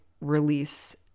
release